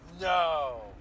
No